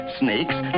snakes